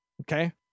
okay